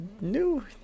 new